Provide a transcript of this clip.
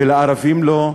ולערבים לא?